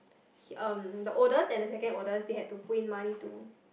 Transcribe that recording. he um the oldest and the second oldest they had to put in money to